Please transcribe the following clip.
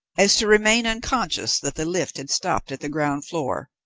as to remain unconscious that the lift had stopped at the ground floor,